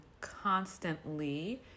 constantly